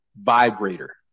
vibrator